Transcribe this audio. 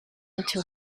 into